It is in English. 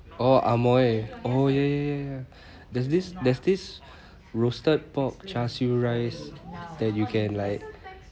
oh amoi oh ya ya ya there's this there's this roasted pork char siew rice that you can like